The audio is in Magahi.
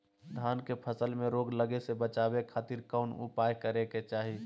धान के फसल में रोग लगे से बचावे खातिर कौन उपाय करे के चाही?